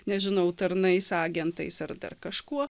nežinau tarnais agentais ar dar kažkuo